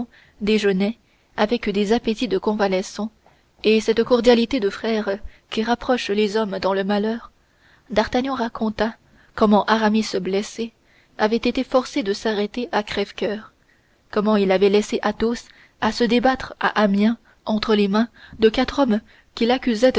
déjeunaient avec des appétits de convalescents et cette cordialité de frères qui rapproche les hommes dans le malheur d'artagnan raconta comment aramis blessé avait été forcé de s'arrêter à crèvecoeur comment il avait laissé athos se débattre à amiens entre les mains de quatre hommes